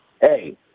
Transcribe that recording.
hey